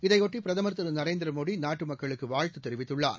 இதையொட்டி பிரதமர் திரு நரேந்திரமோடி நாட்டு மக்களுக்கு வாழ்த்து தெரிவித்துள்ளார்